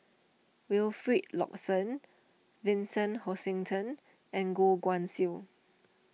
Wilfed Lawson Vincent Hoisington and Goh Guan Siew